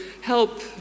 help